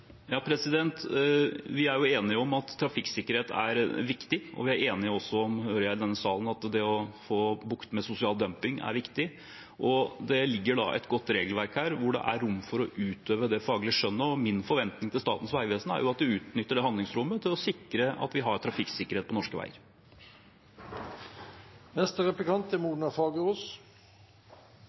Vi er enige om at trafikksikkerhet er viktig, og vi er også enige her i denne salen om at det å få bukt med sosial dumping er viktig. Det ligger da et godt regelverk her hvor det er rom for å utøve det faglige skjønnet. Min forventning til Statens vegvesen er at man utnytter det handlingsrommet til å sikre at vi har trafikksikkerhet på norske veier.